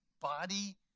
body